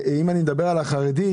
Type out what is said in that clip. אם אני מדבר על החברה חרדית,